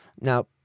Now